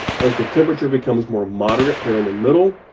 as the temperature becomes more moderate there in the middle,